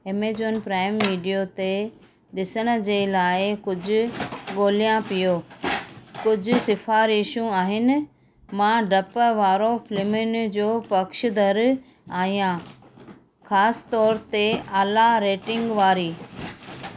Amazon prime video ते ॾिसण जे लाइ कुझु ॻोल्हियां पियो कुझु सिफ़ारिशूं आहिनि मा ॾप वारो फ़िल्मुनि जो पक्षधर आहियां ख़ासि तौर ते आला रेटिंग वारी